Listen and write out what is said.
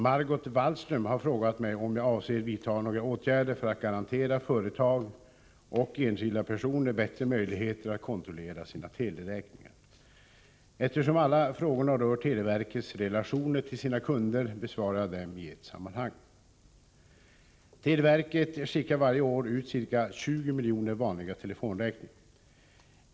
Margot Wallström har frågat mig om jag avser vidta några åtgärder för att garantera företag och enskilda personer bättre möjligheter att kontrollera sina teleräkningar. Eftersom alla frågorna rör televerkets relationer till sina kunder, besvarar jag dem i ett sammanhang. Televerket skickar varje år ut ca 20 miljoner vanliga telefonräkningar.